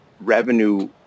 revenue